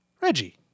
Reggie